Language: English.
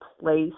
place